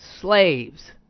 slaves